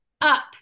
up